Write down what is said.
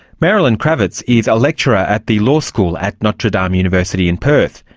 marilyn krawitz is a lecturer at the law school at notre dame university in perth,